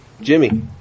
Jimmy